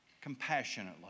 compassionately